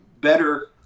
better